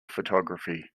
photography